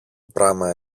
πράμα